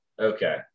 okay